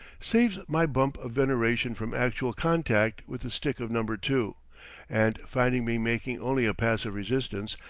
saves my bump of veneration from actual contact with the stick of number two and finding me making only a passive resistance,